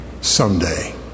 Someday